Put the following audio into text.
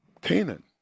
Canaan